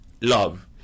Love